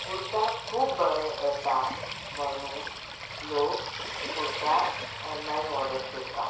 कुर्ता खूब बरें येता तेका लोग कुर्ता ऑनलायन ऑर्डर करतात